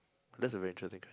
that's a very interesting